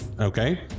Okay